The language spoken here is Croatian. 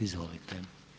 Izvolite.